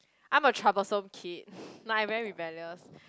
I'm a troublesome kid like I'm very rebellious